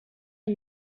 are